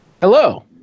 Hello